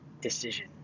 decision